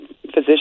physician